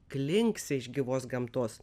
klinksi iš gyvos gamtos